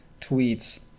tweets